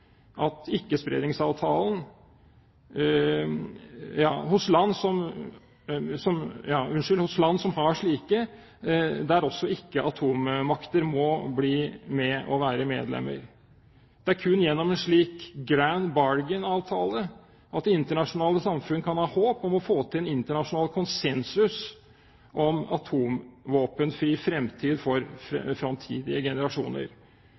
hos land som har slike. Også ikkeatommakter må bli med og være medlemmer. Det er kun gjennom en slik «grand bargain»-avtale at det internasjonale samfunn kan ha håp om å få til en internasjonal konsensus om atomvåpenfri framtid for framtidige generasjoner.